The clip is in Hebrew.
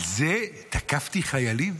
על זה, תקפתי חיילים?